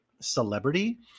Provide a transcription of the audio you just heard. celebrity